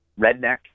redneck